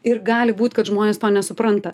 ir gali būt kad žmonės to nesupranta